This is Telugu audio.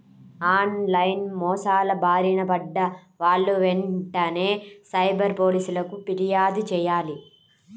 ఆన్ లైన్ మోసాల బారిన పడ్డ వాళ్ళు వెంటనే సైబర్ పోలీసులకు పిర్యాదు చెయ్యాలి